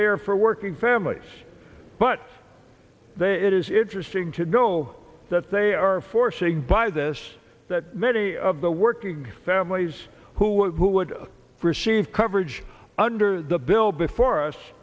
they are for working families but they it is interesting to know that they are forcing by this that many of the working families who would receive coverage under the bill before us